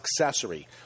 Accessory